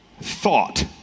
thought